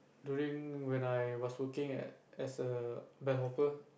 during when I was looking at as a